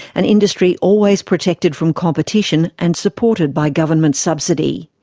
an industry always protected from competition and supported by government subsidy.